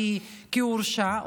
כי הוא הורשע,